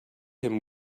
him